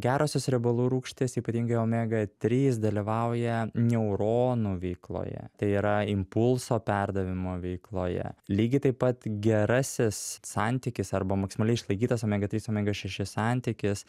gerosios riebalų rūgštys ypatingai omega trys dalyvauja neuronų veikloje tai yra impulso perdavimo veikloje lygiai taip pat gerasis santykis arba maksimaliai išlaikytas omega trys omega šeši santykis